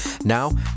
Now